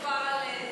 לא, אבל רק